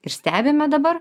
ir stebime dabar